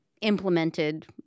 implemented